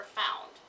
found